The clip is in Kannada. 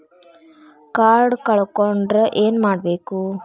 ಕಾರ್ಡ್ ಕಳ್ಕೊಂಡ್ರ ಏನ್ ಮಾಡಬೇಕು?